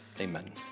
Amen